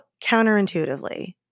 counterintuitively